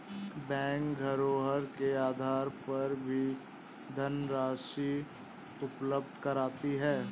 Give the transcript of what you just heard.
bank धरोहर के आधार पर भी धनराशि उपलब्ध कराती है